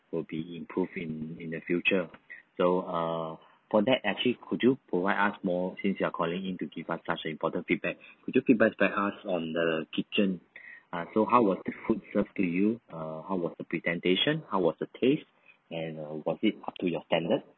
will be improved in in the future so err for that actually could you provide us more since you are calling in to give us such a important feedback could you feedback back us on the kitchen ah so how was the food serve to you uh how was the presentation how was the taste and uh was it up to your standard